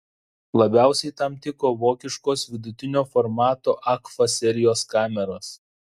labiausiai tam tiko vokiškos vidutinio formato agfa serijos kameros